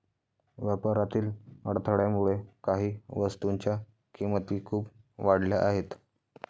व्यापारातील अडथळ्यामुळे काही वस्तूंच्या किमती खूप वाढल्या आहेत